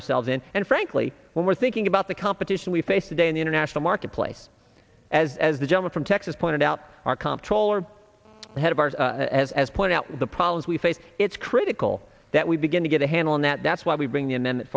ourselves in and frankly when we're thinking about the competition we face today in the international marketplace as as the gentleman from texas pointed out our comptroller the head of ours as point out the problems we face it's critical that we begin to get a handle on that that's why we bring the and then